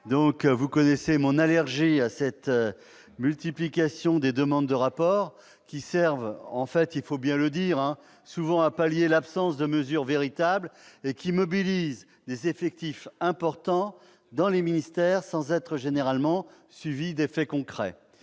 Vous connaissez mon allergie à cette multiplication des demandes de rapport, qui, il faut bien le dire, servent souvent à pallier l'absence de mesures véritables et qui mobilisent des effectifs importants dans les ministères, sans être généralement suivis d'effets concrets.